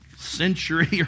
century